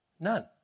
none